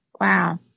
Wow